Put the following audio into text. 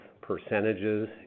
percentages